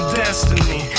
destiny